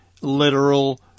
literal